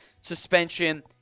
suspension